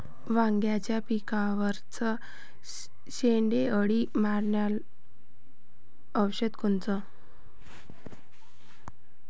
वांग्याच्या पिकावरचं शेंडे अळी मारनारं औषध कोनचं?